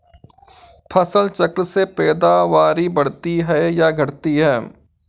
फसल चक्र से पैदावारी बढ़ती है या घटती है?